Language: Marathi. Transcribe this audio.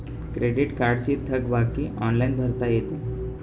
क्रेडिट कार्डची थकबाकी ऑनलाइन भरता येते